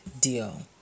deal